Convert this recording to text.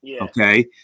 okay